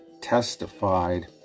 testified